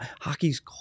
Hockey's